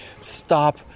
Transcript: stop